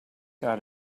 got